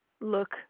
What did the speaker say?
look